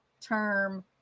term